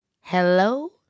Hello